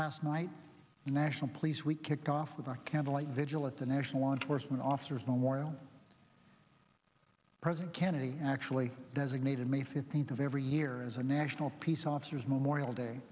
last night national police we kick off with our candlelight vigil at the national law enforcement officers memorial president kennedy actually designated may fifteenth of every year as a national peace officers memorial day